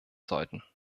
sollten